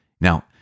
Now